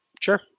Sure